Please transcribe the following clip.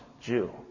Jew